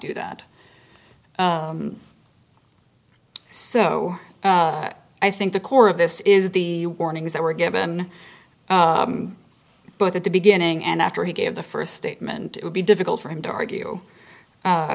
do that so i think the core of this is the warnings that were given but at the beginning and after he gave the first statement it would be difficult for him to argue